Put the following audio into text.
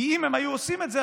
כי אם הם היו עושים את זה,